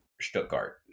Stuttgart